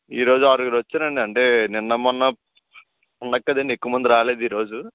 ఈ రోజు ఆరుగురు వచ్చారండి అంటే నిన్న మొన్న పండక్కదండీ ఎక్కువ మంది రాలేదు ఈ రోజు